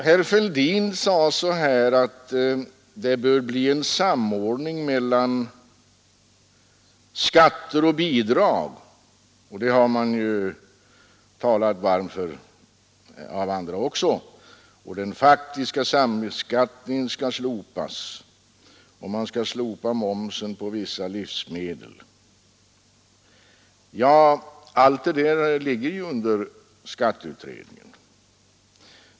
Herr Fälldin sade att det bör bli en samordning mellan skatter och bidrag det har andra också talat varmt för att den faktiska sambeskattningen skall slopas och att momsen skall tas bort på vissa livsmedel. Allt det där ligger ju under skatteutredningen.